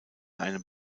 einem